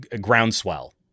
groundswell